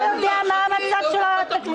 בלי שאתה יודע מה המצב של התקציב.